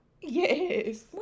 Yes